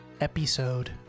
episode